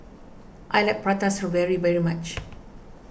I like Prata Strawberry very much